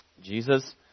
Jesus